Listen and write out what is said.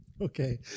Okay